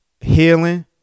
healing